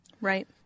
Right